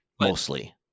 mostly